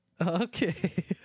Okay